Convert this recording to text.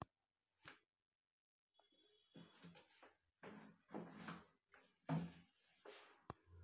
ಸಾಮಾಜಿಕ ಪ್ರಗತಿ ಕಾರ್ಯಾ ಅಂದ್ರೇನು?